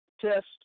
test